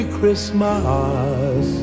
Christmas